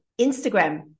Instagram